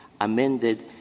amended